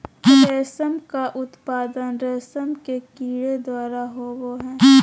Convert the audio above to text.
रेशम का उत्पादन रेशम के कीड़े द्वारा होबो हइ